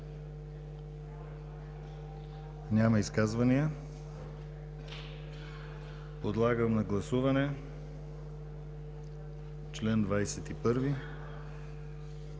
Няма изказвания. Подлагам на гласуване § 47